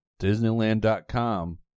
Disneyland.com